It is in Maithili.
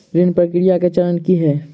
ऋण प्रक्रिया केँ चरण की है?